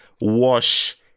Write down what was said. wash